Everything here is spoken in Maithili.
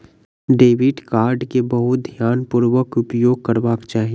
डेबिट कार्ड के बहुत ध्यानपूर्वक उपयोग करबाक चाही